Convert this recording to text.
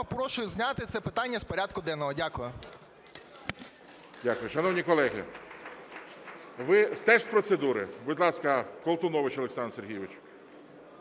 прошу зняти це питання з порядку денного. Дякую. ГОЛОВУЮЧИЙ. Дякую. Шановні колеги! Ви теж з процедури? Будь ласка, Колтунович Олександр Сергійович.